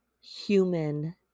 human